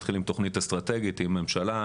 מתחילים תכני אסטרטגית עם ממשלה,